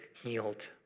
healed